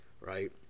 right